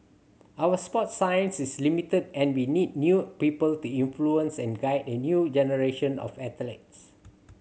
our sports science is limited and we need new people to influence and guide a new generation of athletes